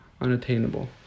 unattainable